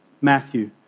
Matthew